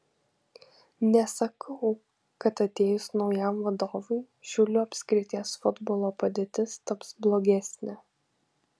nesakau kad atėjus naujam vadovui šiaulių apskrities futbolo padėtis taps blogesnė